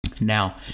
Now